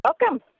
welcome